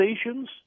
stations